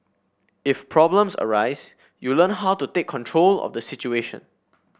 if problems arise you learn how to take control of the situation